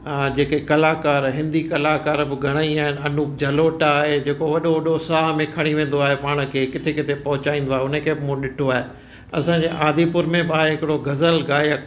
जेके कलाकार हिंदी कलाकार बि घणेई आहिनि अनूप जलोटा आहे जेको वॾो वॾो साहु में खणी वेंदो आहे पाण खे किथे किथे पहुंचाईंदो आहे उनखे बि मूं ॾिठो आहे असांजे आदिपुर में बि आहे हिकिड़ो गज़ल